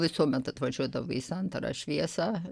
visuomet atvažiuodavo į santarą šviesą